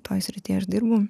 toj srity aš dirbu